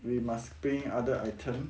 we must paying other item